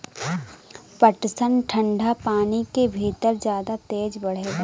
पटसन ठंडा पानी के भितर जादा तेज बढ़ेला